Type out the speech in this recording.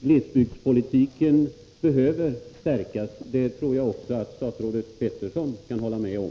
Glesbygden behöver stärkas — det tror jag att också statsrådet Peterson kan hålla med om.